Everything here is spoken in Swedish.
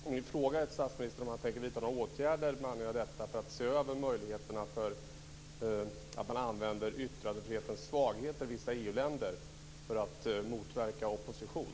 Min fråga till statsministern är om han tänker vidta några åtgärder med anledning av detta och se över vissa EU-länders möjligheter att använda yttrandefrihetens svagheter för att motverka opposition.